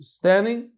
standing